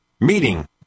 Meeting